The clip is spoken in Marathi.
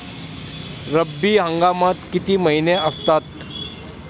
रब्बी हंगामात किती महिने असतात?